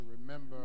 remember